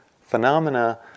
phenomena